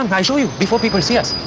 um i'll show you. before people see us.